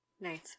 Nice